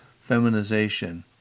feminization